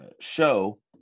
show